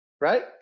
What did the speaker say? Right